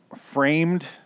framed